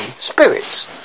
spirits